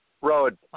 Road